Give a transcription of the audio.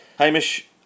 Hamish